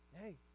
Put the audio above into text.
hey